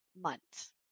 months